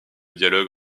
dialogue